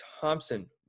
Thompson